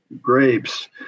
grapes